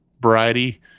variety